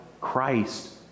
Christ